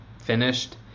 finished